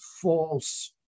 false